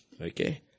Okay